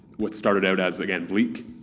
what started out as again bleak,